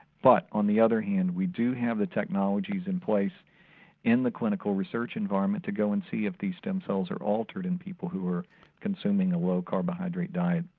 but, on the other hand, we do have the technologies in place in the clinical research environment to go and see if these stem cells are altered in people who are consuming the a low carbohydrate diet,